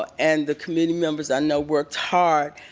but and the committee members i know worked hard.